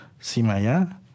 Simaya